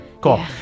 Cool